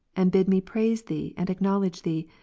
and bid me praise thee and acknow ledge thee,